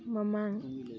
ꯃꯃꯥꯡ